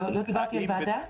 לא דיברתי על ועדה.